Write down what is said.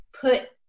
put